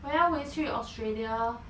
我要回去 australia